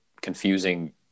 confusing